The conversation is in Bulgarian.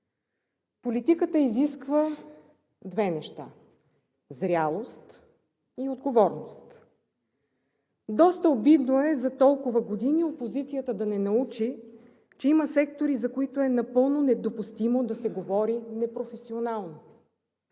Политиката изисква две неща – зрялост и отговорност. Доста обидно е за толкова години опозицията да не научи, че има сектори, за които е напълно недопустимо да се говори непрофесионално.